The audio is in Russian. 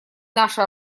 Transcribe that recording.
наши